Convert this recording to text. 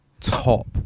top